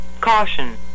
Caution